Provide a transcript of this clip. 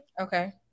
Okay